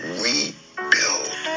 rebuild